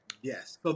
Yes